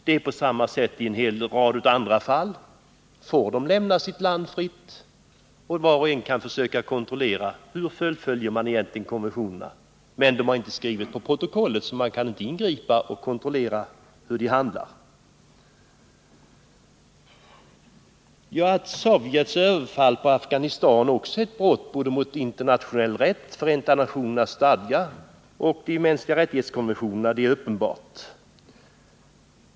Det är på samma sätt i en hel rad andra fall. Har människorna i dessa fall frihet att lämna sitt land? Vi känner alla till hur konventionerna fullföljs i sådana fall. Men de länder det gäller har inte skrivit på protokollet, så man kan inte ingripa och kontrollera hur de handlar. Att Sovjets överfall mot Afghanistan också är ett brott både mot internationell rätt, mot Förenta nationernas stadgar och mot konventionerna om de mänskliga rättigheterna är uppenbart.